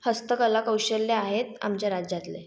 हस्तकलाकौशल्यं आहेत आमच्या राज्यातले